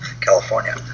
California